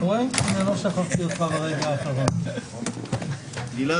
הישיבה ננעלה בשעה 11:00.